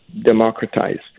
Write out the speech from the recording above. democratized